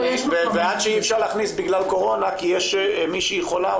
ועד שאי אפשר להכניס בגלל קורונה כי מישהי חולה,